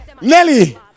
Nelly